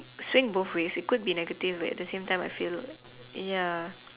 swing both ways it could be negative but at the same time I feel like ya